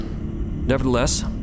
Nevertheless